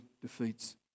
defeats